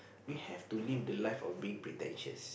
we have to live the life of being pretentious